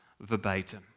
verbatim